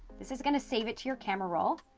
this is gonna save it to your camera roll,